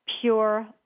pure